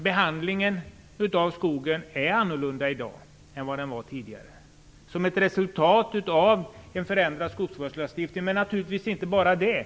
Behandlingen av skogen är annorlunda i dag än den var tidigare som ett resultat av en förändrad skogsvårdslagstiftning, men naturligtvis inte bara därför.